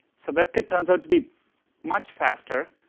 so webkit turns out to be much faster,